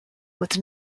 with